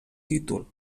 títol